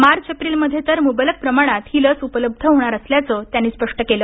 March April मधे तर मुबलक प्रमाणात ही लस उपलब्ध होणार असल्याचं त्यांनी स्पष्ट केल